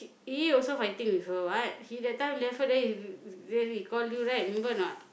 he also fighting with her what he that time left her then he then he call you right remember or not